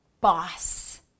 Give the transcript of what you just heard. boss